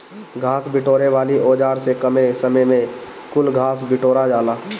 घास बिटोरे वाली औज़ार से कमे समय में कुल घास बिटूरा जाला